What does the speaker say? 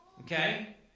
Okay